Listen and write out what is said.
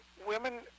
women